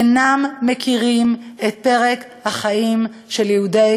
אינם מכירים את פרק החיים של יהודי